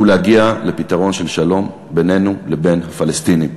והוא להגיע לפתרון של שלום בינינו לבין הפלסטינים,